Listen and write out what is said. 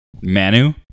Manu